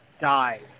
die